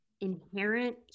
inherent